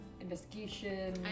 investigation